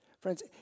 Friends